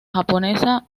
japonesa